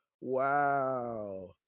wow